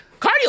cardio